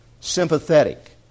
sympathetic